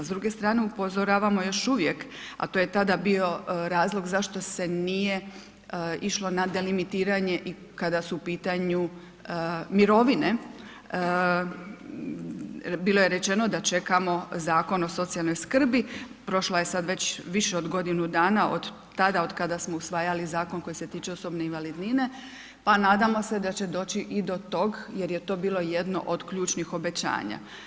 S druge strane upozoravamo još uvijek a to je tada bio razlog zašto se nije išlo na delimitiranje i kada su u pitanju mirovine, bilo je rečeno da čekamo Zakon o socijalnoj skrbi, prošlo je sad već više od godinu dana od tada od kada smo usvajali zakon koji se tiče osobne invalidnine pa nadamo se da će doći i do tog jer je to bilo jedno ključnih obećanja.